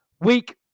week